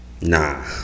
nah